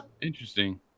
interesting